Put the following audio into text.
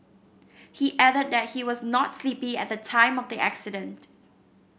he added that he was not sleepy at the time of the accident